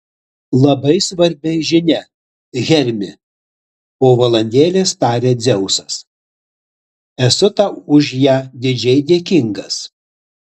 labai svarbi žinia hermi po valandėlės tarė dzeusas esu tau už ją didžiai dėkingas